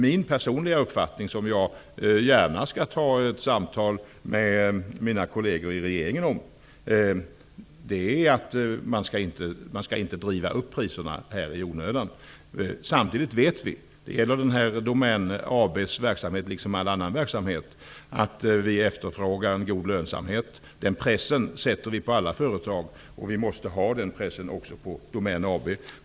Min personliga uppfattning, som jag gärna skall delge mina kolleger i regeringen, är att man inte skall driva upp priserna i onödan. Samtidigt efterfrågar vi en god lönsamhet. Det gäller Domän AB:s verksamhet liksom all annan verksamhet. Den pressen sätter vi på alla företag, och det måste vi göra även på Domän AB.